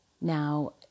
Now